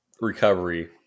recovery